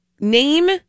name